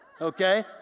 okay